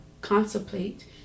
contemplate